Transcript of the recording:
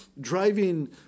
driving